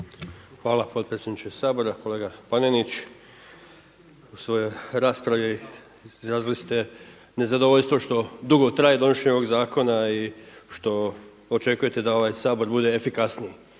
Hvala potpredsjedniče Sabora, kolega Panenić. U svojoj raspravi izrazili ste nezadovoljstvo što dugo traje donošenje ovog zakona i što očekujete da ovaj Sabor bude efikasniji.